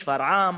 שפרעם,